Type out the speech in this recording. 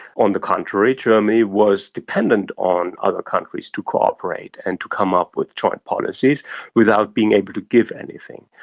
on the contrary, germany was dependent on other countries to cooperate and to come up with joint policies without being able to give anything.